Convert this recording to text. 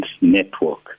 Network